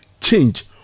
change